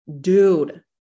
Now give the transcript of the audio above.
dude